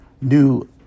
New